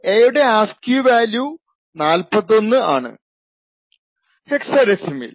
A യുടെ ASCII value 41 ആണ് ഹെക്ക്സാഡെസിമലിൽ